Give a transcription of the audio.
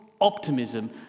optimism